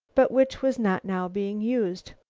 but which was not now being used.